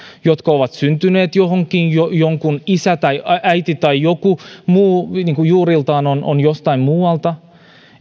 jotka ovat syntyneet johonkin jonkun isä tai äiti tai joku muu on juuriltaan jostain muualta